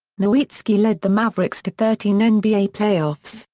nowitzki led the mavericks to thirteen ah nba playoffs,